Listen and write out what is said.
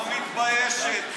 לא מתביישת.